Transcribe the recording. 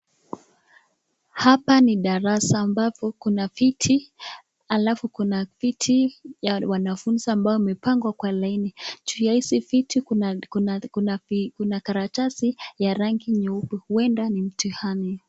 Hapa ni darasa ambapo kuna viti alafu kuna viti ya wanafunzi ambao imepangwa Kwa laini, juu ya hizi viti kuna karatasi ya rangi nyeupe huenda ni mtihani .